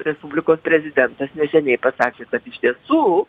respublikos prezidentas neseniai pasakė kad iš tiesų